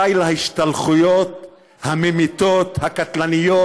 די להשתלחויות הממיתות, הקטלניות,